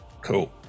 Cool